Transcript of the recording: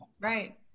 right